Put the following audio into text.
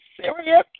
serious